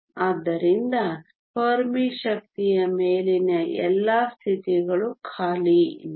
ಆದ್ದರಿಂದ ಫೆರ್ಮಿ ಶಕ್ತಿಯ ಮೇಲಿನ ಎಲ್ಲಾ ಸ್ಥಿತಿಗಳು ಖಾಲಿ ಇಲ್ಲ